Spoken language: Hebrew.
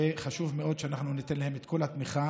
וחשוב מאוד שניתן להם את כל התמיכה.